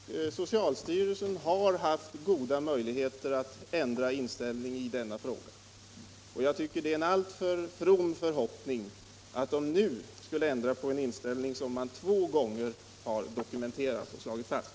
Herr talman! Socialstyrelsen har haft goda möjligheter att ändra inställning i denna fråga, och jag tycker att det är en alltför from förhoppning att styrelsen nu skulle ändra på en inställning som man två gånger har dokumenterat och slagit fast.